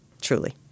Truly